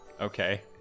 Okay